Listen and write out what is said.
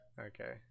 Okay